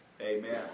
Amen